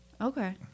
Okay